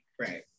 Right